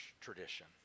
tradition